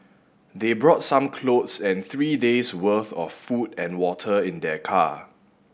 they brought some clothes and three days worth of food and water in their car